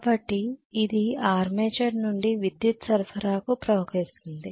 కాబట్టి ఇది ఆర్మేచర్ నుండి విద్యుత్ సరఫరా కు ప్రవహిస్తుంది